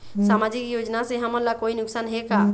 सामाजिक योजना से हमन ला कोई नुकसान हे का?